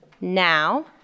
Now